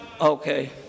Okay